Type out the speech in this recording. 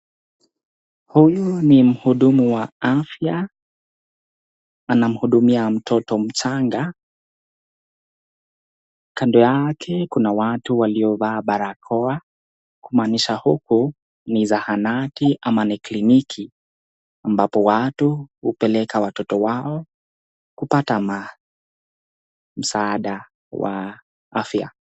Huyu ni mhudumu wa afya anamhudumuia mtoto mchanga, kando yake kuna watu waliovaa barakoa kumaanisha huku ni zahanati ama ni kliniki ambapo watu hupeleka watoto wao kupata msaada wa afya.